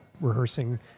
rehearsing